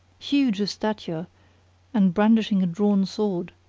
huge of stature and brandishing a drawn sword,